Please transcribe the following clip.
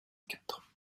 quatre